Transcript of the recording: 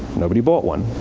nobody bought one.